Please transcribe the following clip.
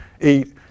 eat